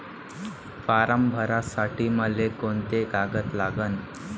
Form भरासाठी मले कोंते कागद लागन?